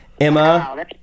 Emma